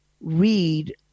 read